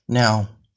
Now